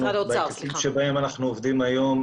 בהיקפים בהם אנחנו עובדים היום,